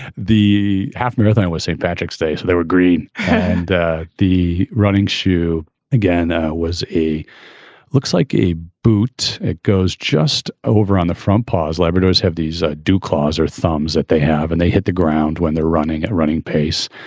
the half marathon was st. patrick's day, so there were green and the running shoe again was a looks like a boot. it goes just over on the front paws. labradors have these do claws or thumbs that they have and they hit the ground when they're running at running pace.